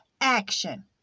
action